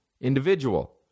individual